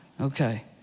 Okay